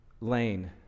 Lane